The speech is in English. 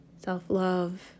self-love